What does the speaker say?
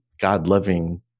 God-loving